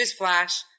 newsflash